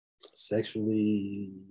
sexually